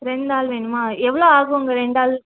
ரெண்டு ஆள் வேணுமா எவ்வளோ ஆகுங்க ரெண்டு ஆள்